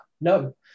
No